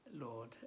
Lord